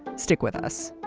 stick with us